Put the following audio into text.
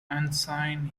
ensign